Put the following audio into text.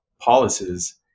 policies